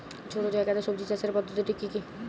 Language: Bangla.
ছোট্ট জায়গাতে সবজি চাষের পদ্ধতিটি কী?